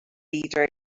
leader